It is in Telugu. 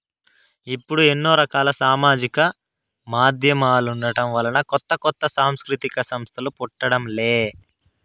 ఇప్పుడు ఎన్నో రకాల సామాజిక మాధ్యమాలుండటం వలన కొత్త కొత్త సాంస్కృతిక సంస్థలు పుట్టడం లే